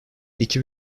iki